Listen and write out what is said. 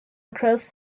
across